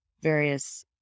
various